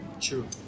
true